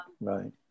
right